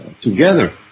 together